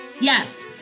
Yes